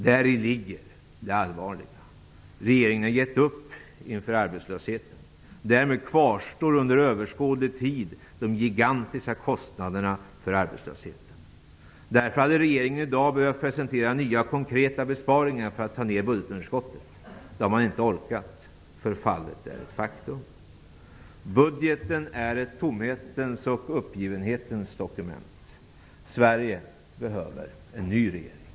Däri ligger det allvarliga. Regeringen har gett upp inför arbetslösheten. Därmed kvarstår under överskådlig tid de gigantiska kostnaderna för arbetslösheten. Därför har regeringen i dag behövt presentera nya konkreta besparingar för att ta ned budgetunderskottet. Det har man inte orkat. Förfallet är ett faktum. Budgetpropositionen är ett tomhetens och uppgivenhetens dokument. Sverige behöver en ny regering.